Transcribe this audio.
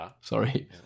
Sorry